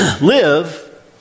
live